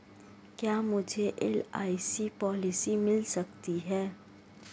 क्या मुझे LIC policy मिल सकती है?